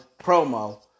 promo